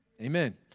Amen